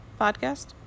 podcast